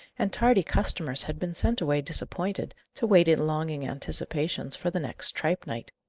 and tardy customers had been sent away disappointed, to wait in longing anticipations for the next tripe night.